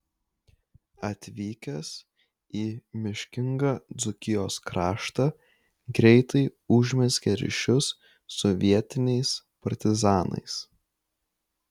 atvykęs į miškingą dzūkijos kraštą greitai užmezgė ryšius su vietiniais partizanais